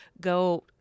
go